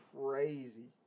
crazy